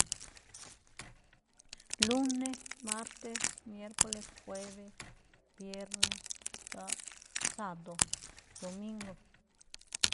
lúné, martes, miércoles, juébé, viernes, sáb- tsáado̱, domingo.